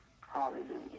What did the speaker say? Hallelujah